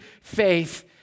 faith